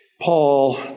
Paul